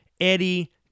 Eddie